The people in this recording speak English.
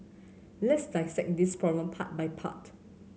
let's dissect this problem part by part